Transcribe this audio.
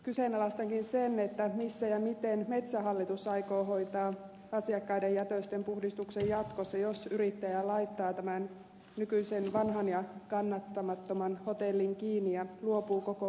kyseenalaistankin sen missä ja miten metsähallitus aikoo hoitaa asiakkaiden jätösten puhdistuksen jatkossa jos yrittäjä laittaa tämän nykyisen vanhan ja kannattamattoman hotellin kiinni ja luopuu koko paikasta